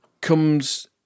comes